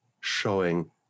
showing